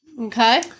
Okay